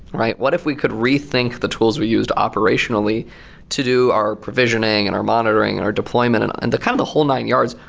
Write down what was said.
what if we could rethink the tools we used operationally to do our provisioning and our monitoring and our deployment and and kind of the whole nine yards?